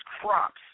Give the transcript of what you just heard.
crops